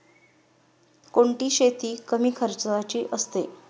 कोणती शेती कमी खर्चाची असते?